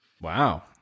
Wow